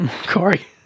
Corey